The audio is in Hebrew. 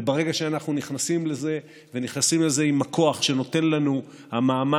וברגע שאנחנו נכנסים לזה ונכנסים לזה עם הכוח שנותן לנו המעמד,